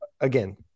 again